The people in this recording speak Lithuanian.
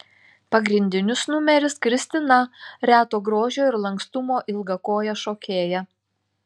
pagrindinis numeris kristina reto grožio ir lankstumo ilgakojė šokėja